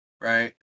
right